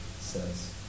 says